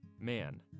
man